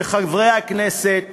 שחברי הכנסת